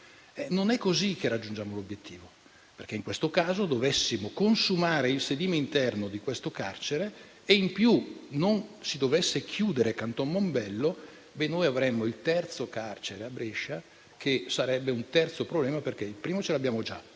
Non è così che raggiungiamo l'obiettivo, perché in questo caso, se dovessimo consumare il sedime interno di questo carcere e, in più, non si dovesse chiudere Canton Mombello, avremmo il terzo carcere a Brescia che sarebbe un terzo problema. Il primo lo abbiamo già,